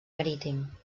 marítim